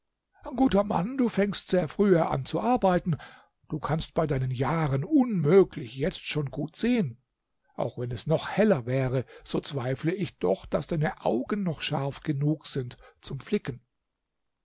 guter mann du fängst sehr frühe an zu arbeiten du kannst bei deinen jahren unmöglich jetzt schon gut sehen auch wenn es noch heller wäre so zweifle ich doch daß deine augen noch scharf genug sind zum flicken